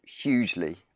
hugely